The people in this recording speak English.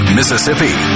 Mississippi